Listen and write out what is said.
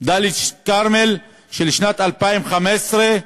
דאלית-אלכרמל של שנת 2015,